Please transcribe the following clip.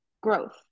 growth